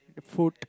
food